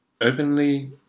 openly